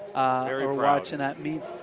are um are watching at meets,